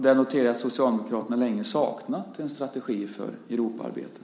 Där noterar jag att Socialdemokraterna länge saknat en strategi för Europaarbetet.